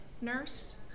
nurse